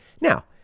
Now